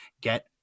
get